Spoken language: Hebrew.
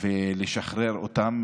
ולשחרר אותם,